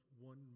one